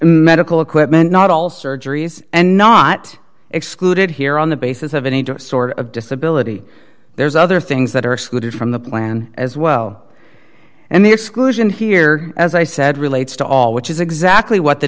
medical equipment not all surgeries and not excluded here on the basis of any sort of disability there's other things that are excluded from the plan as well and the exclusion here as i said relates to all which is exactly what the